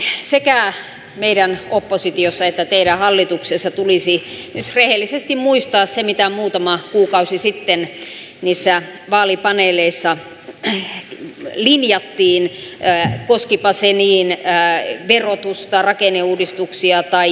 mielestäni sekä meidän oppositiossa että teidän hallituksessa tulisi nyt rehellisesti muistaa se mitä muutama kuukausi sitten niissä vaalipaneeleissa linjattiin koskipa se verotusta rakenneuudistuksia tai säästöjä